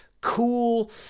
cool